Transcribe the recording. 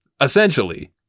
Essentially